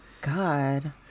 god